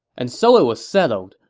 and so it was settled.